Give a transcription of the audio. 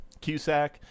Cusack